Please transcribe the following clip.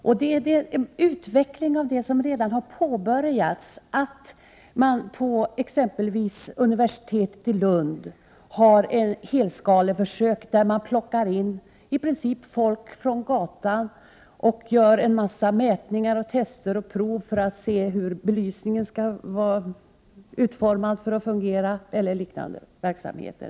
Det rör sig om en utveckling av vad som redan har påbörjats — man har exempelvis vid universitetet i Lund ett helskaleförsök, där man i princip plockar in folk från gatan och gör en mängd mätningar, tester och prov för att se hur belysningen skall vara utformad för att fungera eller liknande verksamheter.